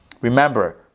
Remember